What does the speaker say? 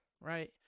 right